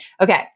Okay